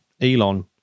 Elon